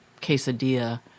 quesadilla